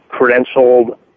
credentialed